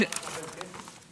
שוהם צריכים לקבל כסף?